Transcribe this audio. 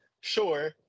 sure